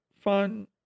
fun